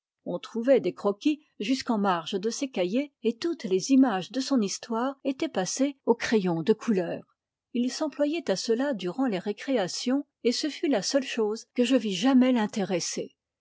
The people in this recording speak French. on trouvait des croquis jusqu'en marge de ses cahiers et toutes les images de son histoire étaient passées aux crayons de couleur il s'employait à cela durant les récréations et ce fut la seule chose que je vis j amais l'intéresser